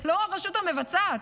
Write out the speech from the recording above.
זאת לא הרשות המבצעת.